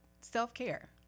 self-care